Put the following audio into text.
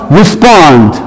respond